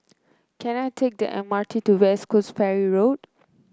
can I take the M R T to West Coast Ferry Road